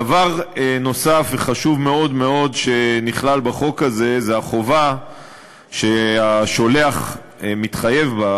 דבר נוסף וחשוב מאוד מאוד שנכלל בחוק הזה הוא החובה שהשולח מתחייב בה,